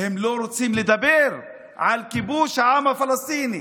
הם לא רוצים לדבר על כיבוש העם הפלסטיני.